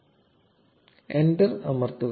0640 0645 enter അമർത്തുക